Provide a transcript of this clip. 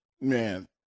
man